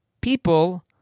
people